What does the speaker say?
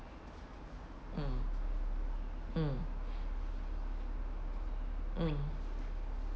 mm mm mm